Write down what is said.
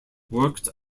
worked